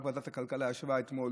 רק ועדת הכלכלה ישבה אתמול